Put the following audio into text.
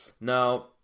Now